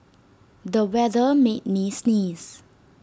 the weather made me sneeze